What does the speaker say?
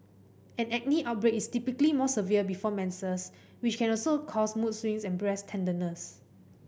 an acne outbreak is typically more severe before menses which can also cause mood swings and breast tenderness